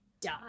die